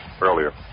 earlier